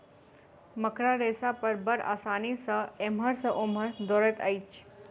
मकड़ा रेशा पर बड़ आसानी सॅ एमहर सॅ ओमहर दौड़ैत अछि